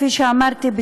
כפי שאמרתי,